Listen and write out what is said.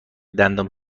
دندان